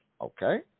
Okay